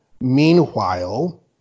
meanwhile